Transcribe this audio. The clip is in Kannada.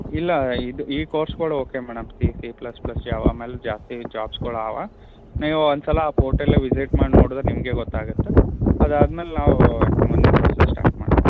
ಇಲ್ಲ ಇದು ಈ ಕೋರ್ಸ್ಗಳು okay madam C C plus plus Java ಮೇಲೆ ಜಾಸ್ತಿ ಜಾಬ್ಸ್ಗಳಾವ ನೀವು ಒಂದ್ಸಲ ಪೋರ್ಟಲಾಗ್ ವಿಸೀಟ್ ಮಾಡಿ ನೋಡಿದ್ರ ನಿಮಗೆ ಗೊತ್ತಾಗುತ್ತೆ ಅದಾದ್ಮೇಲೆ ನಾವು ಮುಂದಿನ ಪ್ರೋಸೆಸ್ ಸ್ಟಾರ್ಟ್ ಮಾಡೋಣ